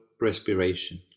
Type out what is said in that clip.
respiration